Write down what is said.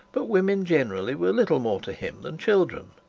but women generally were little more to him than children.